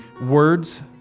words